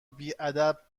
بیادب